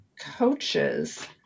coaches